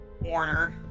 warner